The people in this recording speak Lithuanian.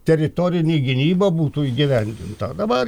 teritorinė gynyba būtų įgyvendinta dabar